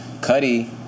Cuddy